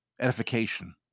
edification